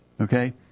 Okay